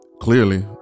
Clearly